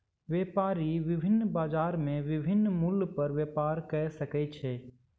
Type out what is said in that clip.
व्यापारी विभिन्न बजार में विभिन्न मूल्य पर व्यापार कय सकै छै